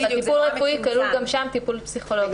אבל בטיפול רפואי כלול גם טיפול פסיכולוגי.